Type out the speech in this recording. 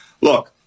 Look